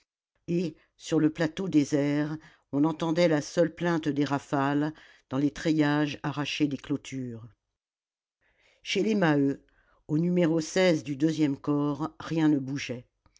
et sur le plateau désert on entendait la seule plainte des rafales dans les treillages arrachés des clôtures chez les maheu au numéro du deuxième corps rien ne bougeait